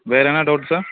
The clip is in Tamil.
வேறு எதுனா டவுட் சார்